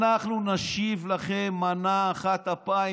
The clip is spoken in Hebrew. אנחנו נשיב לכם מנה אחת אפיים,